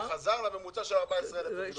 --- שזה חזר לממוצע של 14,000 דונם.